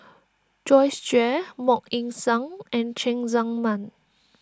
Joyce Jue Mok Ying Jang and Cheng Tsang Man